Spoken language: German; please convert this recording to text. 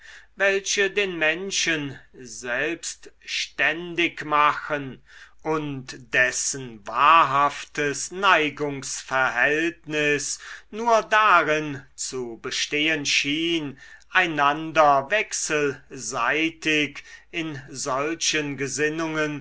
welche den menschen selbstständig machen und dessen wahrhaftes neigungsverhältnis nur darin zu bestehen schien einander wechselseitig in solchen gesinnungen